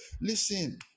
Listen